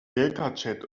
deltachat